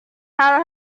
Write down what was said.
hal